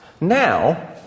now